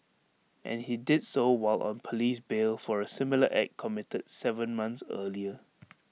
and he did so while on Police bail for A similar act committed Seven months earlier